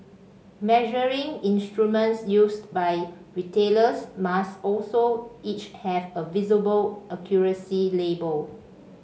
measuring instruments used by retailers must also each have a visible accuracy label